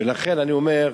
ולכן אני אומר,